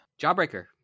Jawbreaker